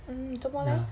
hmm 做么 leh